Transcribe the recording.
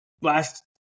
last